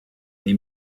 nii